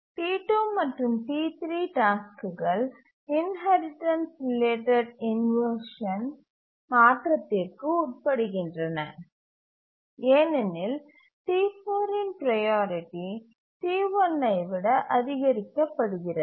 T2 மற்றும் T3 டாஸ்க்குகள் inheritance related inversion மாற்றத்திற்கு உட்படுகின்றன ஏனெனில் T4 இன் ப்ரையாரிட்டி T1 ஐ விட அதிகரிக்கப்படுகிறது